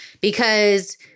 because-